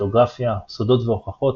קריפטוגרפיה - סודות והוכחות,